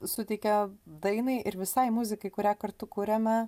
suteikia dainai ir visai muzikai kurią kartu kuriame